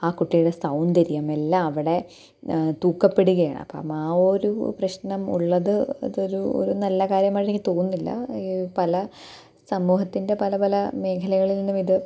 ആ കുട്ടിയുടെ സൗന്ദര്യം എല്ലാം അവിടെ തൂക്കപ്പെടുകയാണ് അപ്പം ആ ഒരു പ്രശ്നം ഉള്ളത് അതൊരു നല്ല കാര്യമായിട്ട് എനിക്ക് തോന്നുന്നില്ല പല സമൂഹത്തിന്റെ പല പല മേഖലകളിൽ നിന്നും ഇത്